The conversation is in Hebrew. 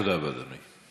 תודה רבה, אדוני.